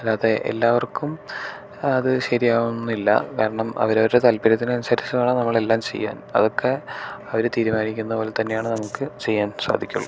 അല്ലാതെ എല്ലാവർക്കും അത് ശരിയാവണം എന്നില്ല കാരണം അവരവരുടെ താൽപര്യത്തിന് അനുസരിച്ച് വേണം നമ്മൾ എല്ലാം ചെയ്യാൻ അതൊക്കെ അവർ തീരുമാനിക്കുന്നതുപോലെത്തന്നെയാണ് നമുക്ക് ചെയ്യാൻ സാധിക്കുള്ളൂ